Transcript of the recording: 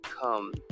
come